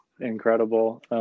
incredible